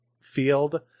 field